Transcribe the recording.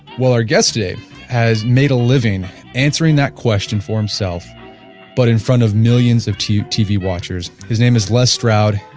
well, our guest today has made a living answering that question for himself but in front of millions of tv tv watchers. his name is les stroud,